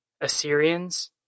Assyrians